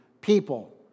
people